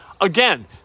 Again